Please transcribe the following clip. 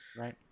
Right